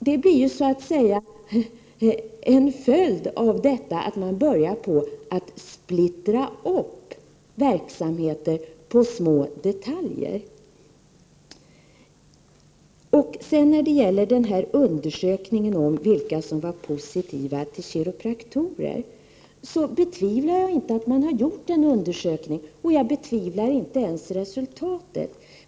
Det blir ju så att säga en följd av detta att man börjar att splittra upp verksamheter på små detaljer. När det gäller undersökningen om vilka som var positiva till kiropraktorer vill jag säga att jag inte betvivlar att man har gjort en undersökning, och jag betvivlar inte ens resultatet.